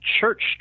Church